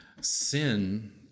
Sin